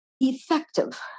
effective